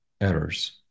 errors